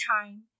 time